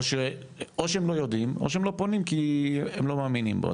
או שהם לא יודעים או שהם לא פונים כי הם לא מאמינים בו.